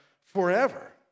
forever